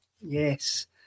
Yes